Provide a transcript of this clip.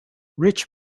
rich